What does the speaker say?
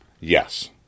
Yes